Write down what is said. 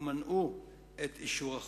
ומנעו את אישור החוק.